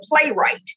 playwright